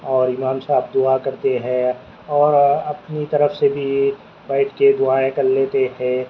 اور امام صاحب دعا کرتے ہیں اور اپنی طرف سے بھی بیٹھ کے دعائیں کر لیتے تھے